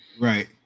Right